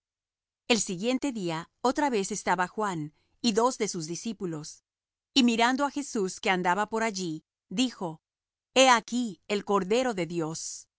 el siguiente día otra vez estaba juan y dos de sus discípulos y mirando á jesús que andaba por allí dijo he aquí el cordero de dios